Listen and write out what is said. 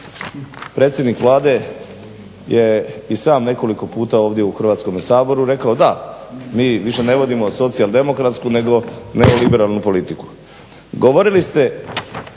Predsjednik Vlade je i sam nekoliko puta ovdje u Hrvatskome saboru rekao da. Mi više ne vodimo socijaldemokratsku nego neoliberalnu politiku. Govorili ste